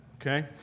Okay